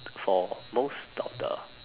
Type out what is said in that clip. for most doctor